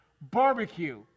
Barbecue